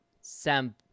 Sam